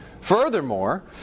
Furthermore